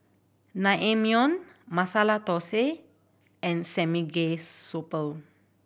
Naengmyeon Masala Dosa and Samgyeopsal